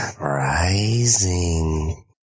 Rising